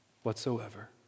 whatsoever